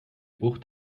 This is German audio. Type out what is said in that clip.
geruch